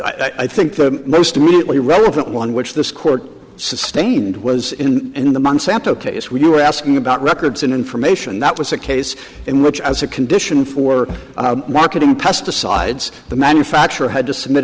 that i think the most immediately relevant one which this court sustained was in in the monsanto case we were asking about records in information that was a case in which as a condition for marketing pesticides the manufacturer had to submit